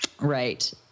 Right